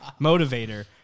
motivator